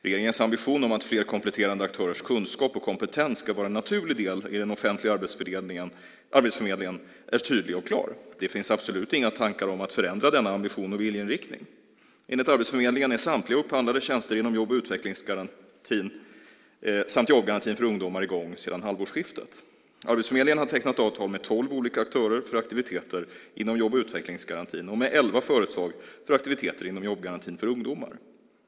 Regeringens ambition om att fler kompletterande aktörers kunskap och kompetens ska vara en naturlig del i den offentliga arbetsförmedlingen är tydlig och klar. Det finns absolut inga tankar om att förändra denna ambition och viljeinriktning. Enligt Arbetsförmedlingen är samtliga upphandlade tjänster inom jobb och utvecklingsgarantin samt jobbgarantin för ungdomar i gång sedan halvårsskiftet. Arbetsförmedlingen har tecknat avtal med tolv olika aktörer för aktiviteter inom jobb och utvecklingsgarantin och med elva företag för aktiviteter inom jobbgarantin för ungdomar.